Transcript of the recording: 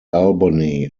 albany